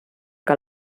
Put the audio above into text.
que